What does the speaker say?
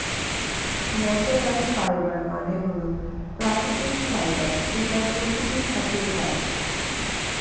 natural fibre মানে হল প্রাকৃতিক ফাইবার যেটা প্রকৃতি থাকে পাই